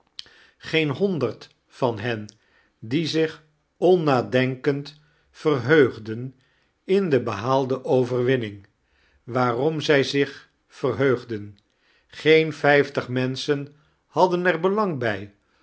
geen honderd van hen die zich onnadenkend verheugden in de behaalde overwinning waarom zij zich verheugden geen vijftig menschen hadden er belang bjj